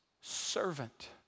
servant